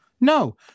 No